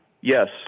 yes